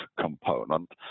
component